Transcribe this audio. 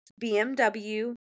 BMW